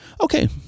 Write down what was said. okay